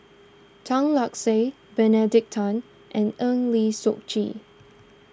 Tan Lark Sye Benedict Tan and Eng Lee Seok Chee